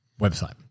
website